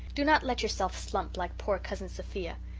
do not let yourself slump like poor cousin sophia.